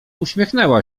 uśmiechnęła